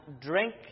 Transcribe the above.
drink